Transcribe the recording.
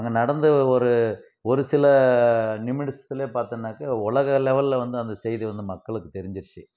அங்கே நடந்த ஒரு ஒரு சில நிமிடத்தில் பார்த்திங்கனாக்க உலக அளவிலே அந்தச் செய்தி வந்து மக்களுக்குத் தெரிஞ்சிருச்சு